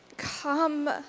come